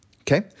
Okay